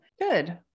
good